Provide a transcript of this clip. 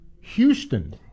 Houston